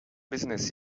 business